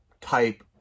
type